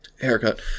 haircut